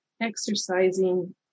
exercising